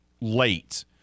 late